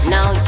Now